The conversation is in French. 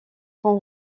fond